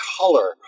color